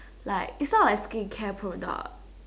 like it's not like skincare product